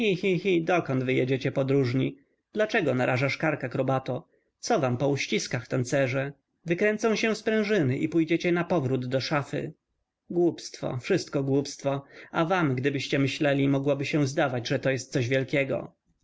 dokąd wy jedziecie podróżni dlaczego narażasz kark akrobato co wam po uściskach tancerze wykręcą się sprężyny i pójdziecie napowrót do szafy głupstwo wszystko głupstwo a wam gdybyście myśleli mogłoby się zdawać że to jest coś wielkiego